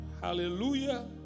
Hallelujah